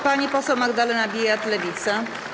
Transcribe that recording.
Pani poseł Magdalena Biejat, Lewica.